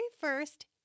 first